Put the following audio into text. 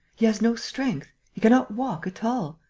he has no strength. he cannot walk at all.